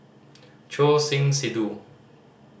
Choor Singh Sidhu